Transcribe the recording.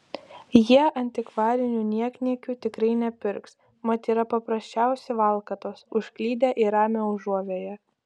jie antikvarinių niekniekių tikrai nepirks mat yra paprasčiausi valkatos užklydę į ramią užuovėją